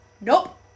Nope